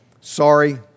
Sorry